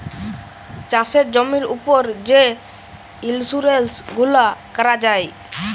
চাষের জমির উপর যে ইলসুরেলস গুলা ক্যরা যায়